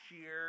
year